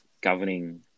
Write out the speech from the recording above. governing